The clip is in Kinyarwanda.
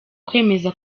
kwemeza